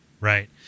right